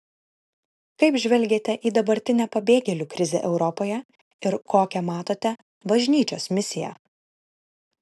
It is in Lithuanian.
kaip žvelgiate į dabartinę pabėgėlių krizę europoje ir kokią matote bažnyčios misiją